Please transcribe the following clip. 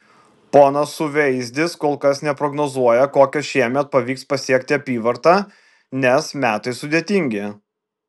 ponas suveizdis kol kas neprognozuoja kokią šiemet pavyks pasiekti apyvartą nes metai sudėtingi